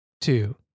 two